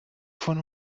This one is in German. von